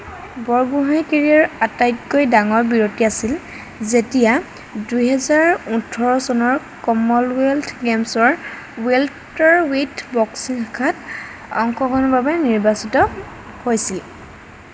বৰগোহাঁইৰ কেৰিয়াৰৰ আটাইতকৈ ডাঙৰ বিৰতি আছিল যেতিয়া দুহেজাৰ ওঠৰ চনৰ কমনৱেলথ গেমছৰ ৱেলথৰ ওৱিথ বক্সিং শাখাত অংশগ্ৰহণৰ বাবে নিৰ্বাচিত হৈছিল